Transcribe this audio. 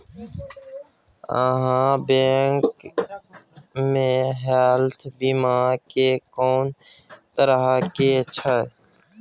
आहाँ बैंक मे हेल्थ बीमा के कोन तरह के छै?